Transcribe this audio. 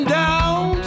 down